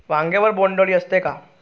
वांग्यावर बोंडअळी असते का?